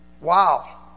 Wow